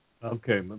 Okay